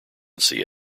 see